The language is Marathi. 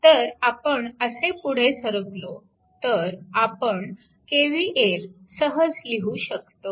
तर आपण असे पुढे सरकलो तर आपण KVL सहज लिहू शकतो